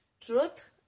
truth